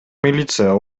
милиция